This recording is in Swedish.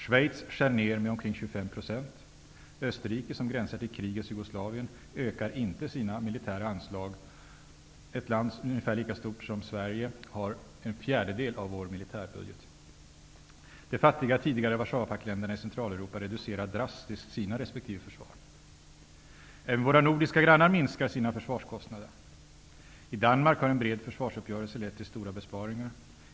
Schweiz skär ned med omkring 25 %. Österrike, som gränsar till krigets Jugoslavien, ökar inte sina militära anslag -- Österrike är ungefär lika stort som Sverige, men dess militärbudget uppgår till en fjärdedel av vår. De fattiga tidigare Warszawapaktländerna i Centraleuropa reducerar drastiskt sina resp. försvar. Även våra nordiska grannar minskar sina försvarskostnader. I Danmark har en bred försvarsuppgörelse lett till stora besparingar.